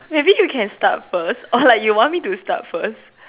maybe you can start first or like you want me to start first